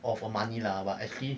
of of money lah but actually